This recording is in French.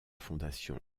fondation